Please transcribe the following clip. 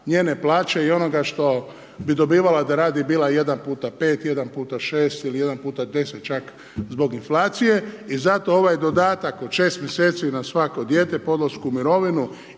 njene plaće i onoga što bi dobivala da radi, bila 1x5, 1x6 ili 1x10 čak zbog inflacije, i zato ovaj dodatak od 6 mjeseci na svako dijete po odlasku u mirovinu